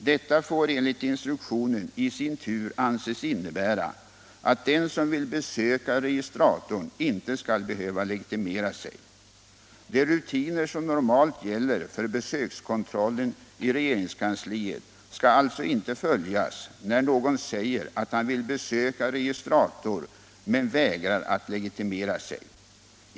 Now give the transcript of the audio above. Detta får enligt instruktionen i sin tur anses innebära att den som vill besöka registratorn inte skall 63 behöva legitimera sig. De rutiner som normalt gäller för besökskontrollen i regeringskansliet skall alltså inte följas när någon säger att han vill besöka registrator men vägrar att legitimera sig.